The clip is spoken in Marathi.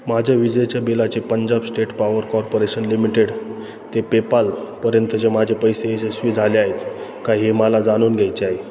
माझ्या विजेच्या बिलाचे Punjab state power corporation limited ते पेपालपर्यंतचे माझे पैसे यशस्वी झाले आहेत का हे मला जाणून घ्यायचे आहे